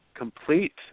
complete